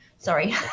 Sorry